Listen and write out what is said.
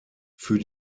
für